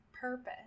purpose